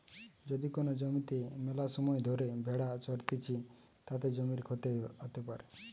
যদি কোন জমিতে মেলাসময় ধরে ভেড়া চরতিছে, তাতে জমির ক্ষতি হতে পারে